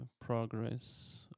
progress